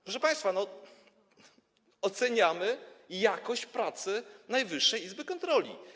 Proszę państwa, oceniamy jakość pracy Najwyższej Izby Kontroli.